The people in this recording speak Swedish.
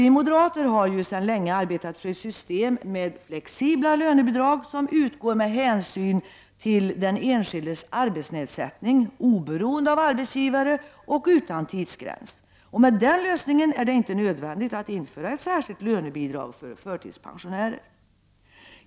Vi moderater har sedan länge arbetat för ett system med flexibla lönebidrag som utgår med hänsyn till nedsättningen i den enskildes arbetsförmåga, oberoende av arbetsgivare och utan tidsgräns. Med denna lösning är det inte nödvändigt att införa ett särskilt lönebidrag för förtidspensionärer.